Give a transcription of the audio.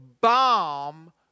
bomb